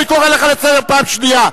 אני קורא לך לסדר פעם שנייה.